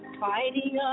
fighting